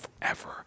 forever